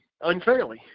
unfairly